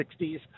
60s